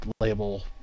label